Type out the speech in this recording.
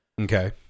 okay